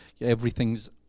Everything's